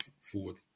forward